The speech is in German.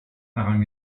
errang